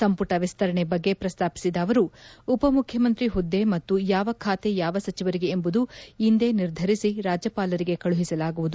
ಸಂಪುಟ ವಿಸ್ತರಣೆ ಬಗ್ಗೆ ಪ್ರಸ್ತಾಪಿಸಿದ ಅವರು ಉಪ ಮುಖ್ಯಮಂತ್ರಿ ಹುದ್ದೆ ಮತ್ತು ಯಾವ ಖಾತೆ ಯಾವ ಸಚಿವರಿಗೆ ಎಂಬುದು ಇಂದೇ ನಿರ್ಧರಿಸಿ ರಾಜ್ಯಪಾಲರಿಗೆ ಕಳುಹಿಸಲಾಗುವುದು